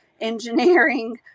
engineering